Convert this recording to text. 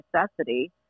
necessity